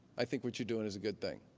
i think what you're doing is a good thing.